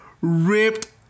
ripped